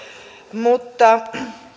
mutta